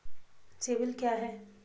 CIBIL क्या है?